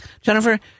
Jennifer